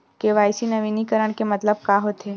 KYC नवीनीकरण के मतलब का होथे?